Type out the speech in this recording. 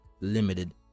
limited